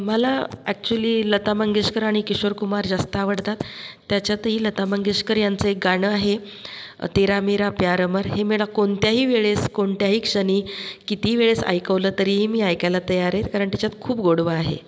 मला ॲक्चुली लता मंगेशकर आणि किशोरकुमार जास्त आवडतात त्याच्यातही लता मंगेशकर यांचं एक गाणं आहे तेरा मेरा प्यार अमर हे मला कोणत्याही वेळेस कोणत्याही क्षणी कितीही वेळेस ऐकवलं तरीही मी ऐकायला तयार आहे कारण त्याच्यात खूप गोडवा आहे